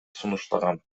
сунуштаган